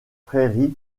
prairies